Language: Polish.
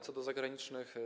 Co do zagranicznych.